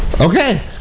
Okay